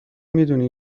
میدونی